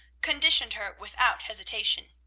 conditioned her without hesitation.